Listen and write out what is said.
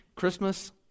christmas